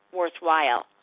worthwhile